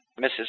Mrs